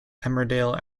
emmerdale